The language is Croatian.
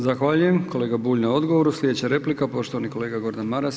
Zahvaljujem kolega Bulj na odgovoru, sljedeća replika poštovani kolega Gordan Maras.